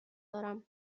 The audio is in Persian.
دارم